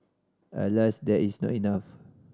alas that is not enough